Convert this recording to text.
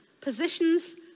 positions